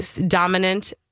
dominant